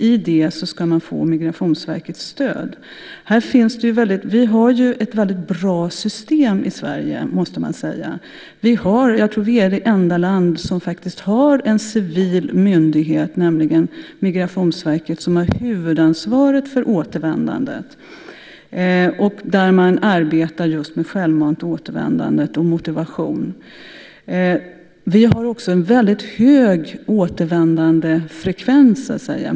I det ska man få Migrationsverkets stöd. Vi har ju ett väldigt bra system i Sverige, måste man säga. Jag tror att vi är det enda landet som faktiskt har en civil myndighet, nämligen Migrationsverket, som har huvudansvaret för återvändandet och där man arbetar just med självmant återvändande och motivation. Vi har också en väldigt hög återvändandefrekvens.